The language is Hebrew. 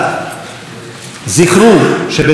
זכרו שב-30 באוקטובר,